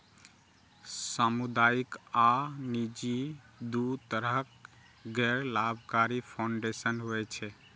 सामुदायिक आ निजी, दू तरहक गैर लाभकारी फाउंडेशन होइ छै